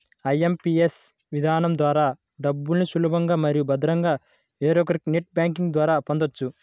IMPS విధానం ద్వారా డబ్బుల్ని సులభంగా మరియు భద్రంగా వేరొకరికి నెట్ బ్యాంకింగ్ ద్వారా పంపొచ్చు